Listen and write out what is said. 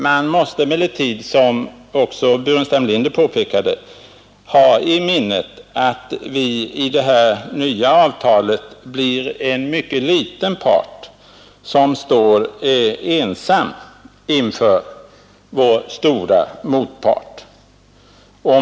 Man måste emellertid, som också herr Burenstam Linder påpekade, ha i minnet att vi i det nya avtalet blir en mycket liten part som står ensam inför sin stora motpart.